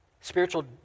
Spiritual